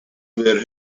were